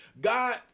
God